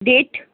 date